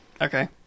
Okay